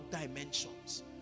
dimensions